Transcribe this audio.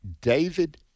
David